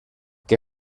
què